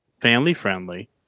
family-friendly